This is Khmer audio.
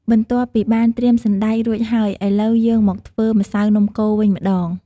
បន្ទាប់ពីបានត្រៀមសណ្ដែករួចហើយ ឥឡូវ យើងមកធ្វើម្សៅនំកូរវិញម្ដង។